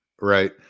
right